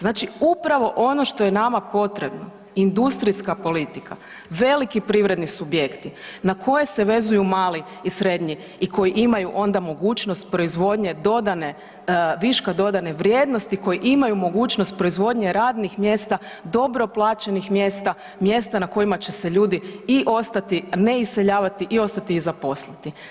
Znači, upravo ono što je nama potrebno industrijska politika, veliki privredni subjekti na koje se vezuju mali i srednji i koji imaju onda mogućnost proizvodnje dodane, viška dodane vrijednosti, koji imaju mogućnost proizvodnje radnih mjesta, dobro plaćenih mjesta, mjesta na kojima će se ljudi i ostati, ne iseljavati i ostati i zaposliti.